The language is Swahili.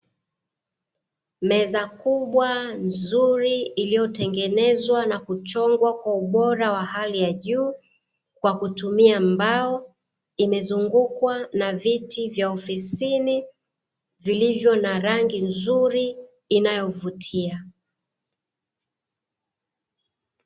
Meza kubwa nzuri iliyotengenezwa na kuchongwa kwa ubora wa hali ya juu, kwa kutumia mbao, imezungukwa na viti vya ofisini, vilivyo na rangi nzuri inayovutia.